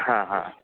हां हां